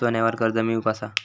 सोन्यावर कर्ज मिळवू कसा?